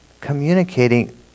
Communicating